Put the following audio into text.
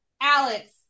Alex